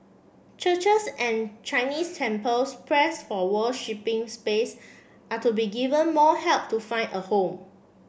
churches and Chinese temples pressed for space are to be given more help to find a home